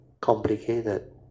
complicated